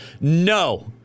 no